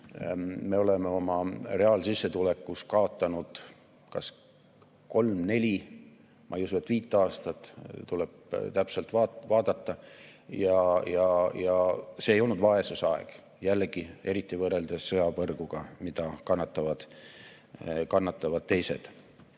me oleme oma reaalsissetulekus kaotanud kas kolm või neli, ma ei usu, et viis aastat. Tuleb täpselt vaadata. Ja see ei ole olnud vaesuse aeg, eriti võrreldes sõjapõrguga, milles kannatavad teised.